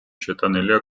შეტანილია